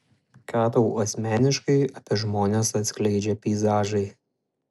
ką tau asmeniškai apie žmones atskleidžia peizažai